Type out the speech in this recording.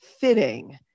fitting